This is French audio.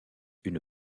une